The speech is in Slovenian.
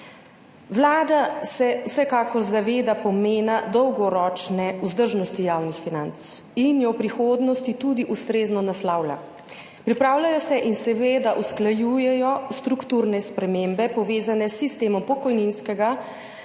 Vlada se vsekakor zaveda pomena dolgoročne vzdržnosti javnih financ in jo v prihodnosti tudi ustrezno naslavlja. Pripravljajo se in seveda usklajujejo strukturne spremembe povezane s sistemom pokojninskega